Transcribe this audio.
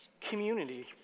community